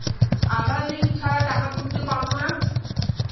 আধার link ছাড়া টাকা তুলতে পারব না?